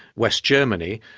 west germany,